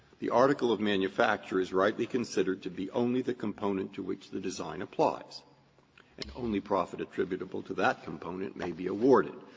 the article of manufacture is rightly considered to be only the component to which the design applies. and only profit attributable to that component may be awarded.